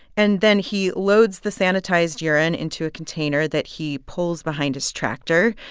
and then he loads the sanitized urine into a container that he pulls behind his tractor,